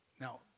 Now